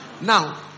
Now